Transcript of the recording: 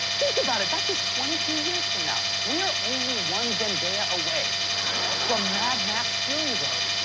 think about it, that's just twenty two years from now. we are only one zendaya away from mad max fury road.